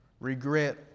regret